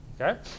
Okay